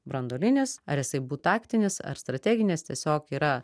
branduolinis ar jisai būtų taktinis ar strateginis tiesiog yra